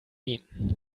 mean